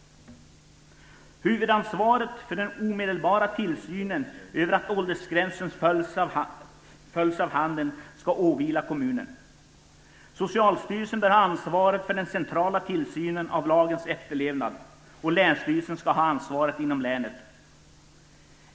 Huvudansvaret för den omedelbara tillsynen av att åldersgränsen följs av handeln skall alltså ligga på kommunen. Socialstyrelsen bär ansvaret för den centrala tillsynen av lagens efterlevnad, och länsstyrelsen skall ha ansvaret inom länet.